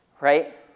right